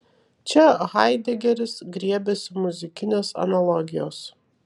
čia haidegeris griebiasi muzikinės analogijos